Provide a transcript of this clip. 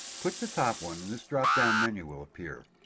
click the top one and this drop-down menu will appear.